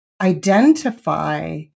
identify